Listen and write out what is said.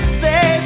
say